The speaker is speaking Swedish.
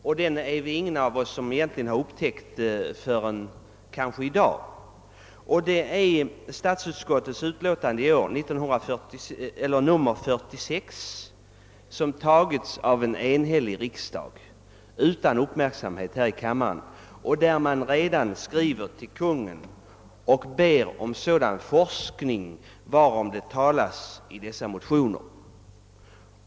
Den har kanske ingen av oss upptäckt förrän i dag, nämligen att statsutskottets förslag i dess utlåtande nr 46 bifallits av en enhällig riksdag utan att det har väckt någon större uppmärksamhet här i kammaren. I detta utlåtande föreslogs, att man skulle skriva till Kungl. Maj:t och begära sådan forskning, varom det talas i nu förevarande motioner.